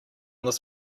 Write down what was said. this